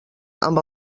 amb